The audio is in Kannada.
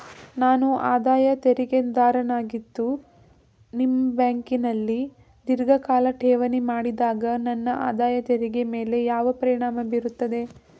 ನಾನು ಆದಾಯ ತೆರಿಗೆದಾರನಾಗಿದ್ದು ನಿಮ್ಮ ಬ್ಯಾಂಕಿನಲ್ಲಿ ಧೀರ್ಘಕಾಲ ಠೇವಣಿ ಮಾಡಿದಾಗ ನನ್ನ ಆದಾಯ ತೆರಿಗೆ ಮೇಲೆ ಯಾವ ಪರಿಣಾಮ ಬೀರುತ್ತದೆ?